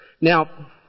Now